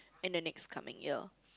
in the next coming year